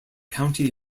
county